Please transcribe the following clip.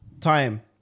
time